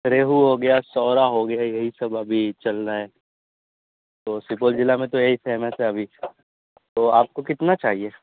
ریہو ہو گیا سورا ہو گیا یہی سب ابھی چل رہا ہے تو سپول ضلع میں تو یہی فیمس ہے ابھی تو آپ کو کتنا چاہیے